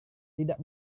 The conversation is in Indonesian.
tidak